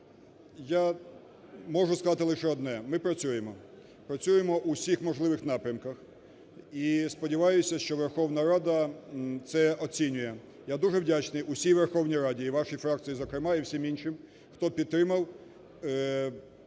я можу сказати лише одне, ми працюємо, працюємо в усіх можливих напрямках і, сподіваюся, що Верховна Рада це оцінює. Я дуже вдячний усій Верховній Раді і вашій фракції зокрема, і всім іншим, хто підтримав